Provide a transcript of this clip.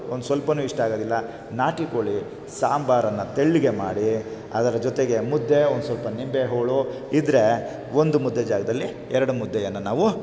ಒಂದು ಸ್ವಲ್ಪನೂ ಇಷ್ಟ ಆಗೋದಿಲ್ಲ ನಾಟಿ ಕೋಳಿ ಸಾಂಬಾರನ್ನು ತೆಳ್ಳಗೆ ಮಾಡಿ ಅದರ ಜೊತೆಗೆ ಮುದ್ದೆ ಒಂದು ಸ್ವಲ್ಪ ನಿಂಬೆ ಹೋಳು ಇದ್ದರೆ ಒಂದು ಮುದ್ದೆ ಜಾಗದಲ್ಲಿ ಎರಡು ಮುದ್ದೆಯನ್ನು ನಾವು